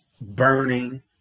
burning